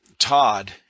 Todd